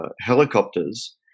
helicopters